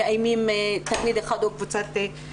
מאוימות על ידי תלמיד אחד או על ידי קבוצת תלמידים.